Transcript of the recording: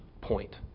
point